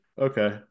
okay